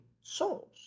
souls